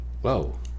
whoa